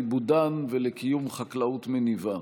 לעיבודן ולקיום חקלאות מניבה.